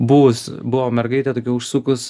bus buvo mergaitė tokia užsukus